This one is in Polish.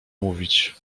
mówić